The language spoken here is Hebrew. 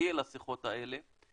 כשתגיעי לשיחות האלה.